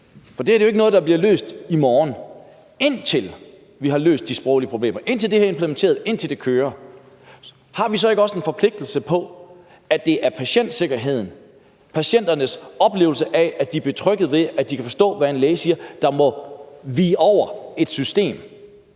morgen, men indtil det her er løst, indtil vi har løst de sproglige problemer, indtil det her er implementeret, og indtil det kører, har vi så ikke en forpligtelse, i forhold til at patientsikkerheden – altså patienternes oplevelse af, at de er trygge ved at de kan forstå, hvad en læge siger – må prioriteres højere